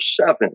seven